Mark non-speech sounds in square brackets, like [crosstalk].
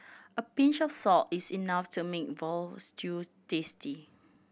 a pinch of salt is enough to make [unintelligible] stew tasty